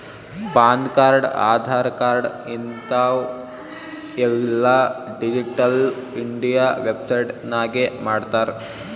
PAN card, Aadhaar card ಹಿಂತಾವ್ ಎಲ್ಲಾ digital India website ನಾಗೆ ಮಾಡ್ತಾರ್